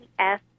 -S